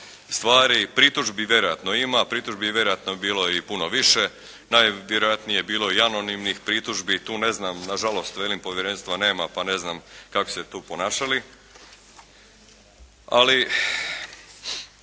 stvari. Pritužbi vjerojatno ima, pritužbi vjerojatno bi bilo i puno više, najvjerojatnije bi bilo i anonimnih pritužbi. Tu ne znam, nažalost velim, povjerenstva nema pa ne znam kako su se tu ponašali. Ali,